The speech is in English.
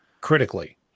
critically